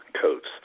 coats